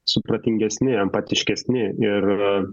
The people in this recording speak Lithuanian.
supratingesni empatiškesni ir